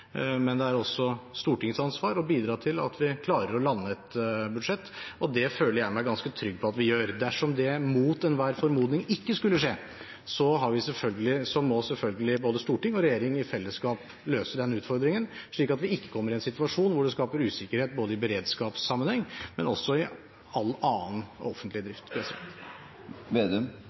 Men det er også Stortingets ansvar å bidra til at vi klarer å lande et budsjett. Det føler jeg meg ganske trygg på at vi gjør. Dersom det mot enhver formodning ikke skulle skje, må selvfølgelig både storting og regjering i fellesskap løse den utfordringen, slik at vi ikke kommer i en situasjon hvor det skaper usikkerhet både i beredskapssammenheng og også i all annen offentlig drift.